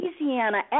Louisiana